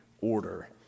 order